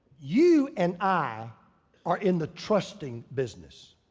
you and i are in the trusting business.